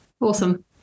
Awesome